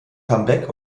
comeback